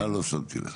אה, לא שמתי לב.